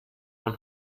one